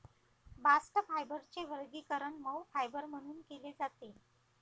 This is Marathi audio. बास्ट फायबरचे वर्गीकरण मऊ फायबर म्हणून केले जाते